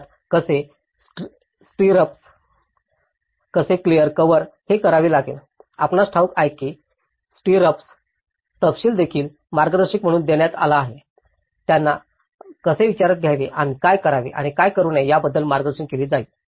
मुळात कसे स्टीर्रप्स कसे क्लेअर कव्हर हे करावे लागेल आपणास ठाऊक आहे की स्टीर्रप्स तपशील देखील मार्गदर्शन म्हणून देण्यात आला असेल त्यांना कसे विचारात घ्यावे आणि काय करावे आणि काय करू नये याबद्दल मार्गदर्शन केले जाईल